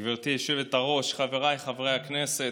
גברתי היושבת-ראש, חבריי חברי הכנסת,